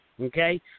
okay